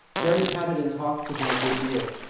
jerry patted and talked to him a good deal,